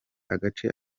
agace